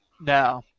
No